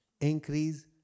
Increase